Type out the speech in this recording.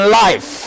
life